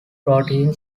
protein